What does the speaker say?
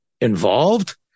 involved